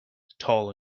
tall